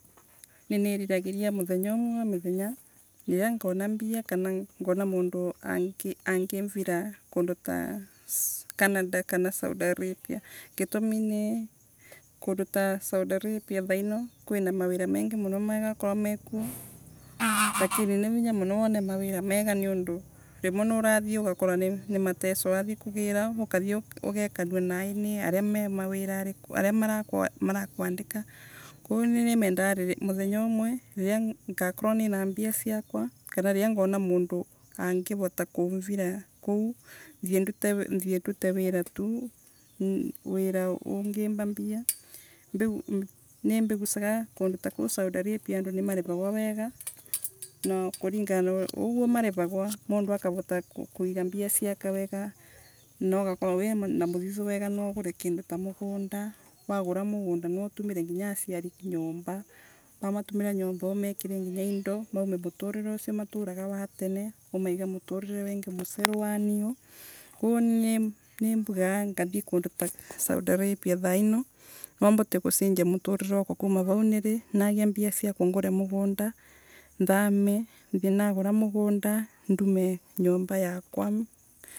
Niniriragiria muthenta umwe wa mithenya, riria ngona mbia kana ningiona mundu angimvira angimura kundu ta Canada kana Saudi arabia gitumi ni ta kundu ta Saudi arabia thaino, kwina mawira mengi muno marakorwa mekuo. Lakini ni vinya muno wone mawira mega niundu rimwe niurathie ugakora ni mateso wathie kugira. Ukathie ugekanua naii ni aria me mawirari aria marakwandika. Koguo rie nimendaga muthenya umwe riria ngakorwa ni na mbia ciakwa, kana riria ngona mundu ungivota kumbira kuu, thie ndute wira tu, wira ungimva mbia. Nimbigucaga kundu ta kuu Saudi arabia andu nimarivagwa wega, kulingana na uguo marivogwa; mundu akovata kwiga mbia ciake wega, na ugakorwa winamuthithu mwega maugure, kindu ta mugunda, wagura ta mugunda nautumire nginya aciari nyomba, wa matumira nyomba umekirira nginya indo. Umarute muturire ucio maturaga wa terie umaige muturire wengi muceru wa niuu. Koguo nie ni nimbugaga ngathie kundu ta Saudi arabia thaino namuate gucenjia muturire wakwa kuuma vau nirii. Nagia mbia ciakwa ngure muganda, ngaarie, nthie nagura mugunda ndume nyomba yakwa